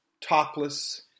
topless